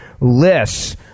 lists